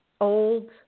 Old